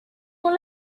con